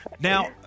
now